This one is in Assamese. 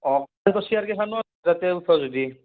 অঁ চেয়াৰকেইখনো তাতে উঠ যদি